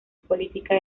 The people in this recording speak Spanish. política